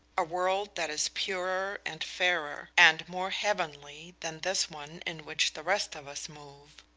a world that is purer and fairer, and more heavenly than this one in which the rest of us move.